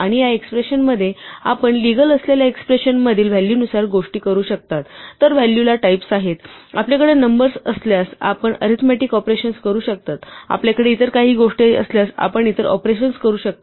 आणि या एक्स्प्रेशन मध्ये आपण लीगल असलेल्या एक्स्प्रेशनमधील व्हॅल्यूनुसार गोष्टी करू शकता तर व्हॅल्यू ला टाईप्स आहेत आपल्याकडे नंबर्स असल्यास आपण अरीथमेटिक ऑपरेशन्स करू शकता आपल्याकडे इतर काही गोष्टी असल्यास आपण इतर ऑपरेशन्स करू शकता